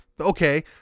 Okay